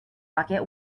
bucket